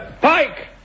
Pike